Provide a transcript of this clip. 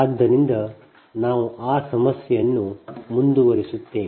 ಆದ್ದರಿಂದ ನಾವು ಆ ಸಮಸ್ಯೆಯನ್ನು ಮುಂದುವರಿಸುತ್ತೇವೆ